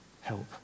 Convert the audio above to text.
help